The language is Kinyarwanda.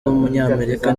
w’umunyamerika